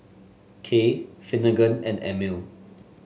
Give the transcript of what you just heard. Kay Finnegan and Emile